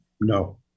no